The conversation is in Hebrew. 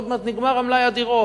עוד מעט נגמר מלאי הדירות.